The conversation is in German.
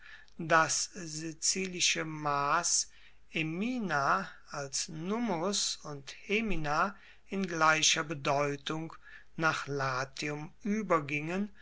das sizilische mass als nummus und hemina in gleicher bedeutung nach latium uebergingen